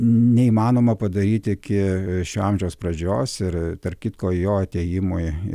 neįmanoma padaryti iki šio amžiaus pradžios ir tarp kitko jo atėjimui